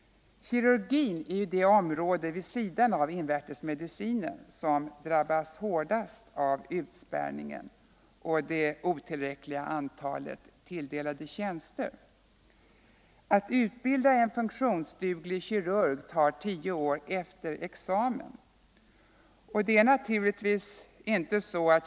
Kirurgi är det område vid sidan av invärtesmedicinen som drabbas hårdast av utspärrningen och det otillräckliga antalet tilldelade tjänster. Att utbilda en funktionsduglig kirurg tar tio år efter examen.